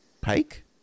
pike